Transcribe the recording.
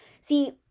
See